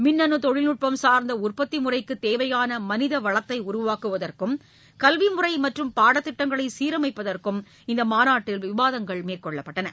மின்னு தொழில்நுட்பம் சார்ந்த உற்பத்தி முறைக்கு தேவையான மனித வளத்தை உருவாக்குவதற்கும் கல்வி முறை மற்றும் பாடத்திட்டங்களை சீரமைப்பதற்கும் இந்த மாநாட்டில் விவாதங்கள் மேற்கொள்ளப்பட்டன